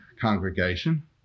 congregation